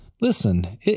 listen